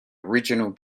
original